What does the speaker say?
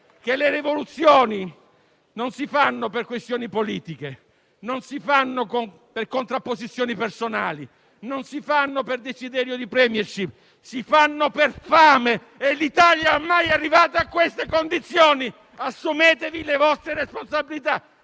che le rivoluzioni non si fanno per questioni politiche, per contrapposizioni personali o per desiderio di *premiership*; si fanno per fame e l'Italia ormai è arrivata a queste condizioni. Assumetevi le vostre responsabilità.